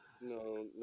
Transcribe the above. no